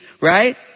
right